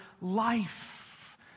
life